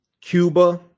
Cuba